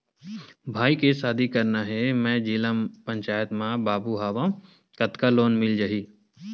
भाई के शादी करना हे मैं जिला पंचायत मा बाबू हाव कतका लोन मिल जाही?